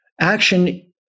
Action